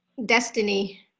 destiny